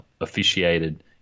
officiated